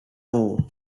ore